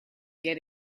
get